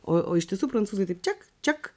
o ištiesų prancūzai taip čiak čiak